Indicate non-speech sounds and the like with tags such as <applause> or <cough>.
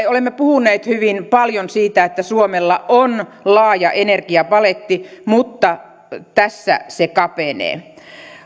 <unintelligible> olemme puhuneet hyvin paljon siitä että suomella on laaja energiapaletti mutta tässä se kapenee